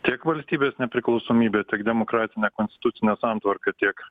tiek valstybės nepriklausomybę tik demokratinę konstitucinę santvarką tiek